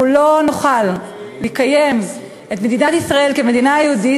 אנחנו לא נוכל לקיים את מדינת ישראל כמדינה יהודית